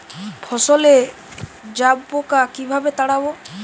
ফসলে জাবপোকা কিভাবে তাড়াব?